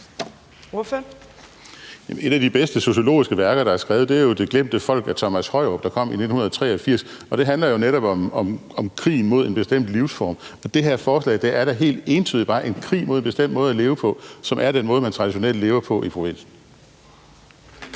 Et af de bedste sociologiske værker, der er skrevet, er »Det glemte folk« af Thomas Højrup, der kom i 1983, og det handler jo netop om krigen mod en bestemt livsform, og det her forslag er da helt entydigt bare en krig mod en bestemt måde at leve på, som er den måde, man traditionelt lever på i provinsen.